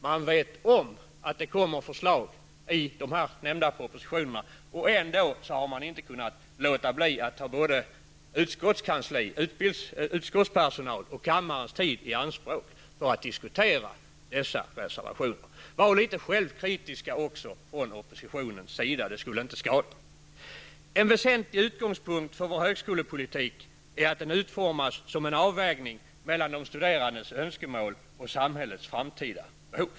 Man känner till att det kommer förslag i de nämnda propositionerna, men ändå har man inte kunnat låta bli att ta både utskottspersonal och kammarens tid i anspråk för att diskutera dessa reservationer. Det skulle inte skada om ni i oppositionen också var litet självkritiska. En väsentlig utgångspunkt för vår högskolepolitik är att den utformas som en avvägning mellan de studerandes önskemål och samhällets framtida behov.